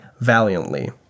valiantly